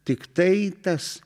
tiktai tas